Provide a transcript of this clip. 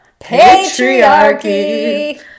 patriarchy